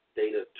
data